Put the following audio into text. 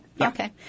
Okay